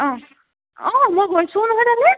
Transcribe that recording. অঁ অঁ মই গৈছোঁ নহয় তালৈ